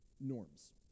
norms